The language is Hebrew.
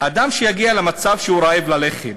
אדם שיגיע למצב שהוא רעב ללחם,